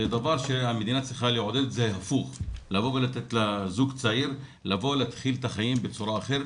זה דבר שהמדינה צריכה לעודד ולתת לזוג צעיר להתחיל את החיים בצורה אחרת,